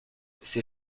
ces